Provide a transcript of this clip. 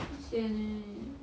很 sian eh